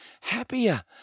happier